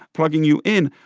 plugging you in.